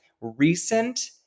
recent